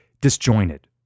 disjointed